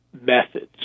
methods